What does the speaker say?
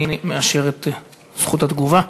אני מאשר את זכות התגובה.